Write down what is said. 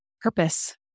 purpose